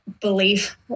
belief